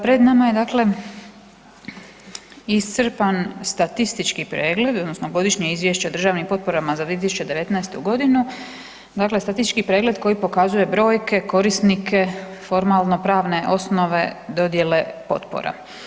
Pred nama je dakle iscrpan statistički pregled odnosno Godišnje izvješće o državnim potporama za 2019.g., dakle statistički pregled koji pokazuje brojke, korisnike, formalno pravne osnove dodjele potpora.